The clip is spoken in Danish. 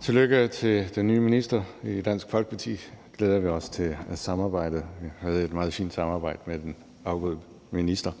Tillykke til den nye minister. I Dansk Folkeparti glæder vi os til at samarbejde. Vi havde et meget fint samarbejde med den afgåede minister.